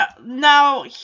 now